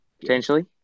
potentially